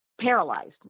paralyzed